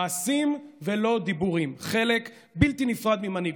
מעשים ולא דיבורים, חלק בלתי נפרד ממנהיגות.